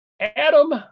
Adam